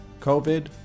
COVID